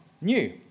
new